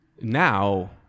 now